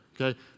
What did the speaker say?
okay